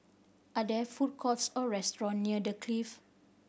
are there food courts or restaurant near The Clift